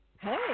Hey